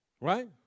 Right